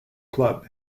club